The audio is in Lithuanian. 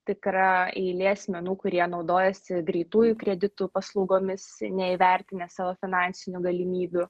tikra eilė asmenų kurie naudojasi greitųjų kreditų paslaugomis neįvertinę savo finansinių galimybių